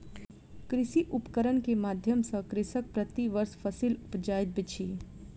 कृषि उपकरण के माध्यम सॅ कृषक प्रति वर्ष फसिल उपजाबैत अछि